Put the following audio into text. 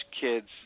kids